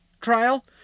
trial